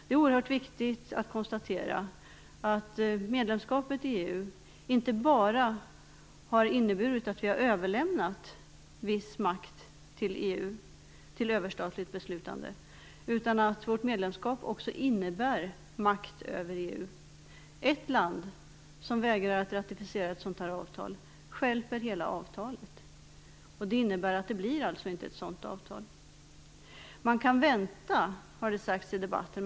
Det är oerhört viktigt att konstatera att medlemskapet i EU inte bara har inneburit att vi har överlämnat viss makt till EU, till överstatligt beslutande, utan att vårt medlemskap också har inneburit att vi fått makt inom EU. Ett land som vägrar att ratificera ett sådant här avtal stjälper hela avtalet. Då blir det inget avtal. Man kan, har det sagts i debatten, vänta.